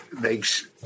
makes